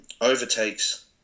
overtakes